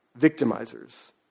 victimizers